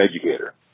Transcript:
educator